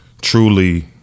truly